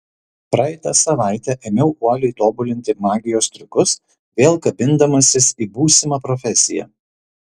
praeitą savaitę ėmiau uoliai tobulinti magijos triukus vėl kabindamasis į būsimą profesiją